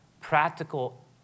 practical